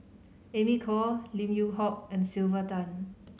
Amy Khor Lim Yew Hock and Sylvia Tan